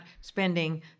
spending